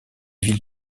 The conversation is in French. villes